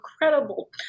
incredible